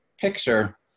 picture